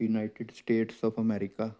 United States of America